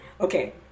Okay